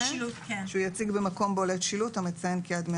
שהוא יציג במקום בולט שילוט המציין כי עד 100